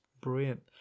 brilliant